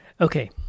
Okay